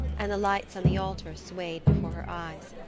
and the lights on the altar swayed before her eyes.